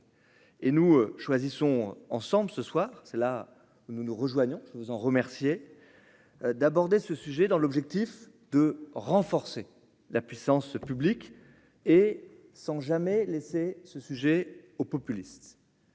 et nous choisissons ensemble ce soir, c'est là nous nous rejoignons vous en remercier d'aborder ce sujet dans l'objectif de renforcer la puissance publique et sans jamais laisser ce sujet aux populistes.